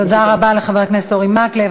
תודה רבה לחבר הכנסת אורי מקלב.